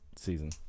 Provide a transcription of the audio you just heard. Season